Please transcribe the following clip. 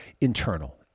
internal